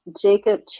Jacob